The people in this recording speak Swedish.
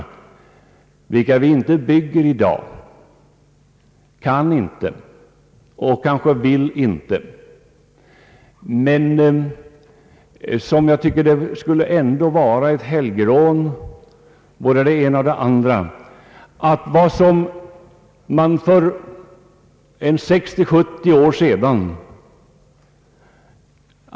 Sådana varken kan eller kanske. vill man bygga i dag. Det vore ändå ett helgerån att helt underkänna eller utplåna det man för 60—70 år sedan.